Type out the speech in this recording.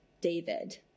David